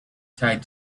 tied